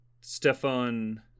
stefan